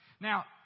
Now